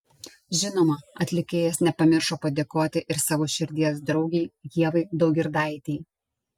žinoma atlikėjas nepamiršo padėkoti ir savo širdies draugei ievai daugirdaitei